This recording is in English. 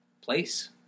place